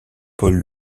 paul